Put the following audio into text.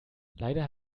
leider